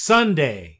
Sunday